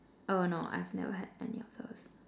oh no I've never had any of those